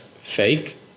fake